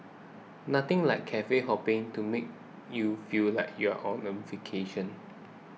nothing like cafe hopping to make you feel like you're on a vacation